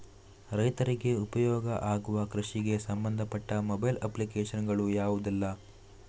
ರೈತರಿಗೆ ಉಪಯೋಗ ಆಗುವ ಕೃಷಿಗೆ ಸಂಬಂಧಪಟ್ಟ ಮೊಬೈಲ್ ಅಪ್ಲಿಕೇಶನ್ ಗಳು ಯಾವುದೆಲ್ಲ?